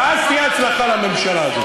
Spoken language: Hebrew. ואז תהיה הצלחה לממשלה הזאת.